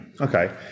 okay